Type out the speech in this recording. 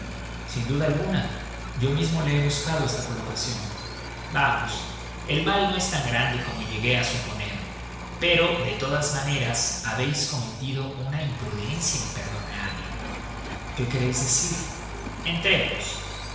sin duda alguna yo mismo le he buscado esta colocación vamos el mal no es tan grande como llegué a suponer pero de todas maneras habéis cometido una imprudencia imperdonable qué queréis decir entremos